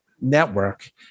network